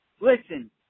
Listen